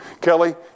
Kelly